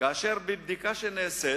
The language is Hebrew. כאשר בבדיקה שנעשתה